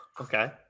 Okay